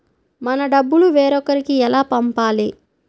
మన డబ్బులు వేరొకరికి ఎలా పంపాలి?